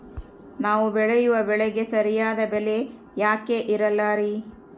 ನಾವು ಬೆಳೆಯುವ ಬೆಳೆಗೆ ಸರಿಯಾದ ಬೆಲೆ ಯಾಕೆ ಇರಲ್ಲಾರಿ?